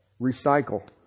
Recycle